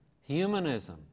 humanism